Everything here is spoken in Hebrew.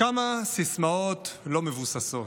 כמה סיסמאות לא מבוססות,